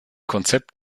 konzept